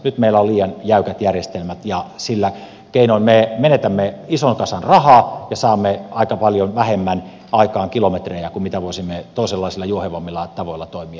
nyt meillä on liian jäykät järjestelmät ja sillä keinoin me menetämme ison kasan rahaa ja saamme aika paljon vähemmän kilometrejä aikaan kuin mitä voisimme toisenlaisilla juohevammilla tavoilla toimien aikaansaada